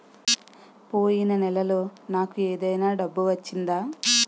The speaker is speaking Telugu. పోయిన నెలలో నాకు ఏదైనా డబ్బు వచ్చిందా?